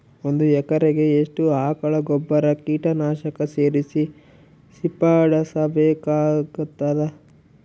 ಒಂದು ಎಕರೆಗೆ ಎಷ್ಟು ಆಕಳ ಗೊಬ್ಬರ ಕೀಟನಾಶಕ ಸೇರಿಸಿ ಸಿಂಪಡಸಬೇಕಾಗತದಾ?